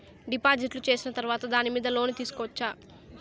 డిపాజిట్లు సేసిన తర్వాత దాని మీద లోను తీసుకోవచ్చా?